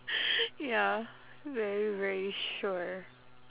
ya very very sure